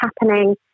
happening